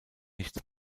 nichts